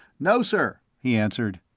no, sir, he answered.